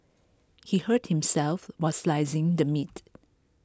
he hurt himself while slicing the meat